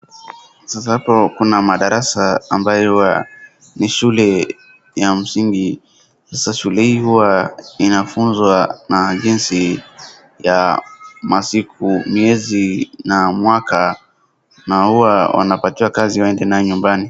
Sasa hapo kuna madarasa ambayo huwa ni shule ya msingi. Sasa shule hii huwa inafunzwa na jinsi masiku, miezi na mwaka na huwa wanapatiwa kazi waende nayo nyumbani.